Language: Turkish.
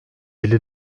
elli